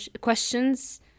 questions